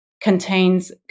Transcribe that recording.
contains